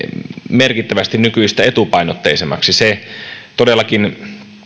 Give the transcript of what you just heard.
merkittävästi nykyistä etupainotteisemmaksi se todellakin